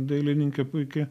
dailininkė puiki